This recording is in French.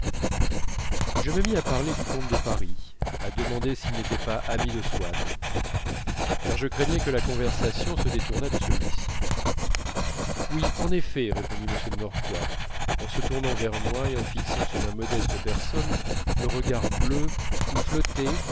je me mis à parler du comte de paris à demander s'il n'était pas ami de swann car je craignais que la conversation se détournât de celui-ci oui en effet répondit m de norpois en tournant vers moi et en fixant sur ma modeste personne le regard bleu où